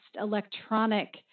electronic